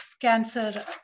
cancer